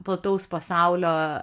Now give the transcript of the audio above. plataus pasaulio